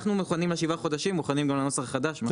אנחנו מוכנים לשבעה חודשים מוכנים גם לנוסח החדש.